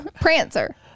Prancer